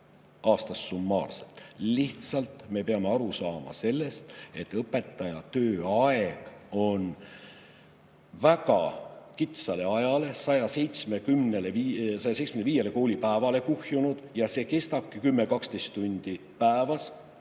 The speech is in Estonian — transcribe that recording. aastas summaarsel ületunnitööd. Lihtsalt me peame aru saama, et õpetaja tööaeg on väga kitsale ajale, 175 koolipäevale kuhjunud. Ja see kestabki 10–12 tundi päevas,